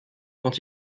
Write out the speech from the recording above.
quand